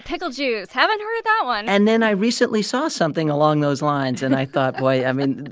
pickle juice haven't heard that one and then i recently saw something along those lines, and i thought. boy, i mean,